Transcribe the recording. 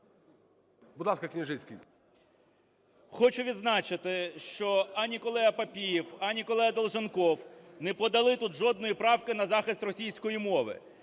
Хочу відзначити, що ані колега Папієв, ані колега Долженков не подали тут жодної правки на захист російської мови.